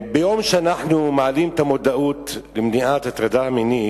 ביום שאנחנו מעלים את המודעות למניעת הטרדה מינית,